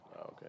Okay